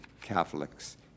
Catholics